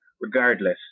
regardless